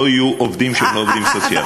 לא יהיו עובדים שהם לא עובדים סוציאליים.